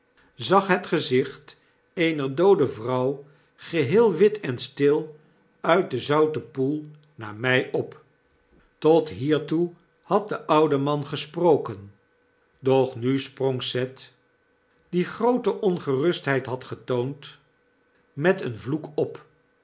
zag het gezicht eener doode vrouw geheel wit en stil uit den zouten poel naar my op tot hiertoe had de oude man gesproken doch nu sprong seth die groote ongerustheid had getoond met een vloek op